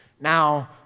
now